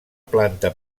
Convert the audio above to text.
planta